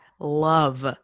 love